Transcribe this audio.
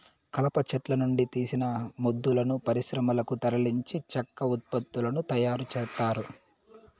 కలప చెట్ల నుండి తీసిన మొద్దులను పరిశ్రమలకు తరలించి చెక్క ఉత్పత్తులను తయారు చేత్తారు